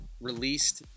released